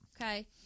Okay